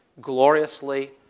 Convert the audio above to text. gloriously